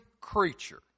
creature